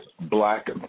black